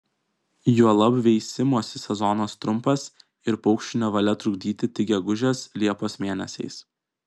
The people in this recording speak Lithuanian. juolab veisimosi sezonas trumpas ir paukščių nevalia trukdyti tik gegužės liepos mėnesiais